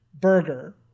Burger